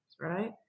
right